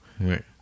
Right